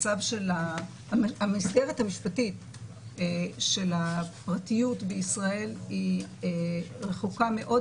המסגרת המשפטית של הפרטיות בישראל היא רחוקה מאוד